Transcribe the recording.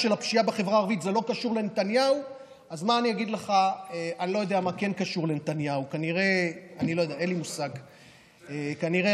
נתניהו היחידי שהתחיל לעשות, כמה?